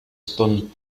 stone